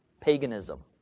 paganism